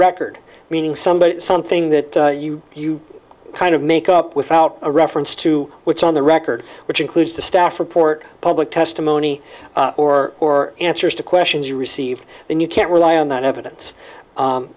record meaning somebody or something that you kind of make up without a reference to which on the record which includes the staff report public testimony or or answers to questions you received and you can't rely on that evidence